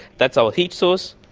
that's our heat source.